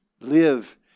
Live